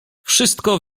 wszystko